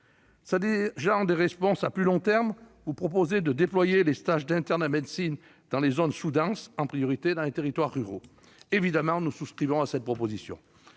S'agissant des réponses à plus long terme, vous proposez de déployer les stages d'internes en médecine dans les zones sous-denses, en priorité dans les territoires ruraux. Nous souscrivons évidemment à cette proposition